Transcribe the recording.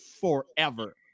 forever